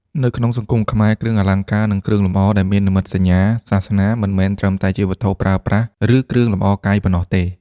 នៅក្នុងសង្គមខ្មែរ គ្រឿងអលង្ការ និងគ្រឿងលម្អដែលមាននិមិត្តសញ្ញាសាសនា មិនមែនត្រឹមតែជាវត្ថុប្រើប្រាស់ ឬលម្អកាយប៉ុណ្ណោះទេ។